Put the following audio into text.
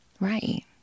Right